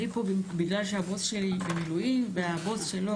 אני פה בגלל שהבוס שלי במילואים והבוס שלו,